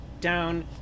down